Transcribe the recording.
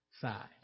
side